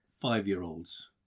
five-year-olds